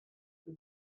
très